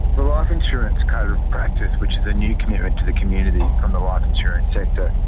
the life insurance code of practice, which is a new commitment to the community from the life insurance sector,